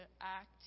act